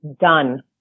done